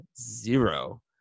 zero